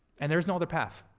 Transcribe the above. and there is no other path.